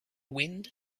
wind